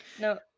No